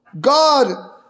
God